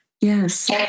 Yes